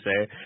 say